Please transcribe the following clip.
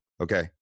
Okay